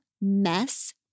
Mess